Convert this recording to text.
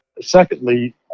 secondly